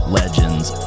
legends